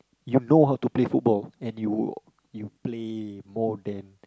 you know how to play football and you you play more than